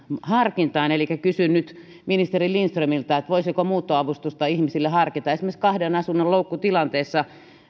harkintaan elikkä kysyn nyt ministeri lindströmiltä voisiko muuttoavustusta ihmisille harkita esimerkiksi kahden asunnon loukun tilanteessa